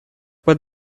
but